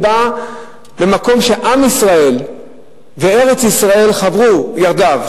היא באה במקום שעם ישראל וארץ-ישראל חברו יחדיו.